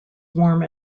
warm